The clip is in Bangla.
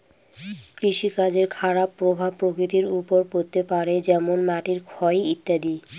কৃষিকাজের খারাপ প্রভাব প্রকৃতির ওপর পড়তে পারে যেমন মাটির ক্ষয় ইত্যাদি